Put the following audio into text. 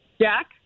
Jack